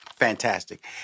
fantastic